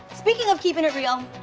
speaking of keepin' it real,